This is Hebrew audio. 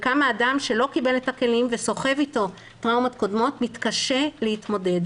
וכמה אדם שלא קיבל את הכלים וסוחב איתו טראומות קודמות מתקשה להתמודד,